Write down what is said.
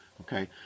Okay